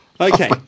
Okay